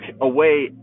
away